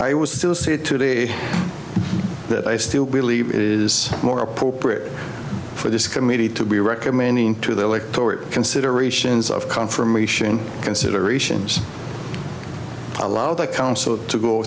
i would still say today that i still believe it is more appropriate for this committee to be recommending to the electorate considerations of confirmation considerations allow the council to go